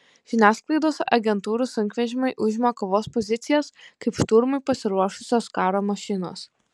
žiniasklaidos agentūrų sunkvežimiai užima kovos pozicijas kaip šturmui pasiruošusios karo mašinos